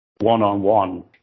one-on-one